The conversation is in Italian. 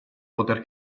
poter